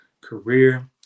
career